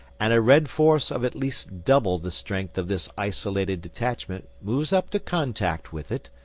and a red force of at least double the strength of this isolated detachment moves up to contact with it,